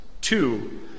Two